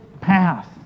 path